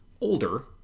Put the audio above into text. older